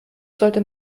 sollte